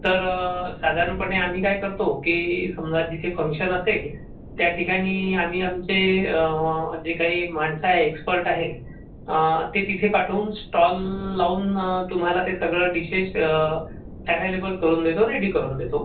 तर साधारणपणे आम्ही काय करतो की समजा जिथे फंक्शन असेल त्या ठिकाणी आम्ही आमचे जे काही माणसं आहे एक्स्पर्ट आहे ते तिथे पाठवून स्टॉल लावून तुम्हाला ते सगळं डीशेश एव्हेलेबल करून देतो रेडी करून देतो